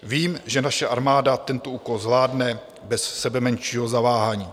Vím, že naše armáda tento úkol zvládne bez sebemenšího zaváhání.